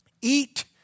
Eat